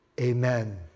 Amen